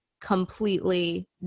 completely